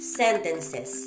sentences